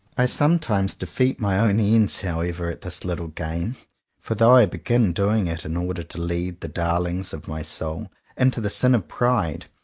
i sometimes defeat my own ends however at this little game for though i begin doing it in order to lead the darlings of my soul into the sin of pride,